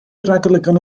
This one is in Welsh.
ragolygon